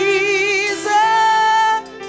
Jesus